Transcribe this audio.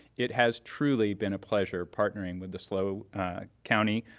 it has truly been a pleasure partnering with the slo county,